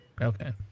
okay